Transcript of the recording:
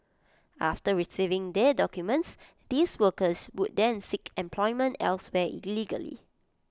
after receiving their documents these workers would then seek employment elsewhere illegally